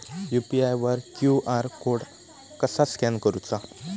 UPI वर QR code कसा scan करूचा?